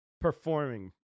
performing